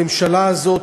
הממשלה הזאת,